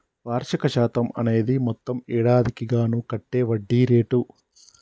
వార్షిక శాతం అనేది మొత్తం ఏడాదికి గాను కట్టే వడ్డీ రేటు